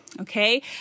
okay